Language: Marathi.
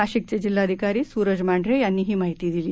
नाशिकचे जिल्हाधिकारी सुरज मांढरे यांनी ही माहिती दिली